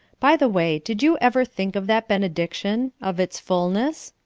by the way, did you ever think of that benediction of its fulness?